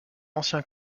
ancien